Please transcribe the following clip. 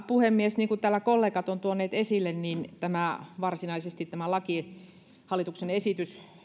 puhemies niin kuin täällä kollegat ovat tuoneet esille niin varsinaisesti tämä hallituksen esitys